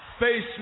face